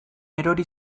erori